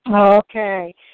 Okay